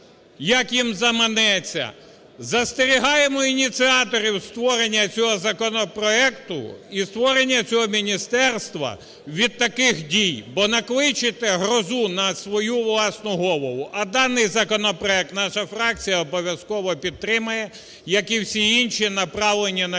як їм заманеться. Застерігаємо ініціаторів створення цього законопроекту і створення цього міністерства від таких дій, бо накличете грозу на свою власну голову. А даний законопроект наша фракція обов'язково підтримає, як і всі інші, направлені на